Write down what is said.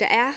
jeg